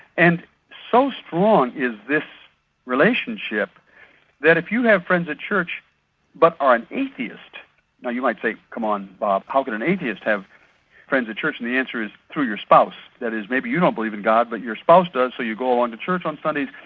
and so strong is this relationship that if you have friends at church but are an atheist. now you might say, come on, bob, how can an atheist have friends at church? and the answer is, through your spouse. that is, maybe you don't believe in god, but your spouse does, so you go along to church on sundays,